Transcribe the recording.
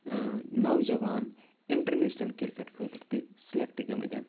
نوجوان international cricket خٲطرٕ تہِ سِلیکٹ گٔمٕتۍ